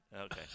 Okay